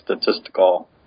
statistical